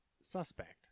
suspect